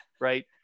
right